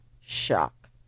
shock